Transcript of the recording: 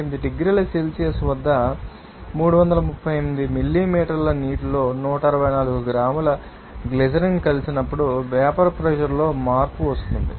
8 డిగ్రీల సెల్సియస్ వద్ద 338 మిల్లీలీటర్ నీటిలో 164 గ్రాముల గ్లిసరిన్ కలిపినప్పుడు వేపర్ ప్రెషర్ లో మార్పు ఏమిటి